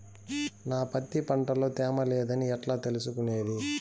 నా పత్తి పంట లో తేమ లేదని ఎట్లా తెలుసుకునేది?